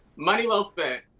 money well spent.